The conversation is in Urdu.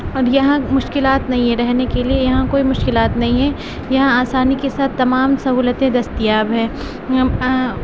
اور یہاں مشکلات نہیں ہے رہنے کے لیے یہاں کوئی مشکلات نہیں ہے یہاں آسانی کے ساتھ تمام سہولتیں دستیاب ہیں ہم